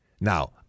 Now